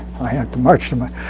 i had to march to my.